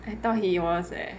I thought he was eh